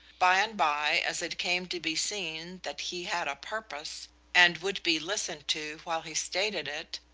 by and by, as it came to be seen that he had a purpose and would be listened to while he stated it,